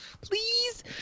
please